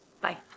Bye